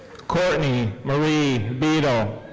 courtney marie beadle.